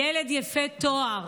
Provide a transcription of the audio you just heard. ילד יפה תואר,